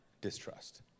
distrust